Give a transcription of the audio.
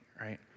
right